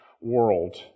world